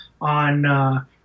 on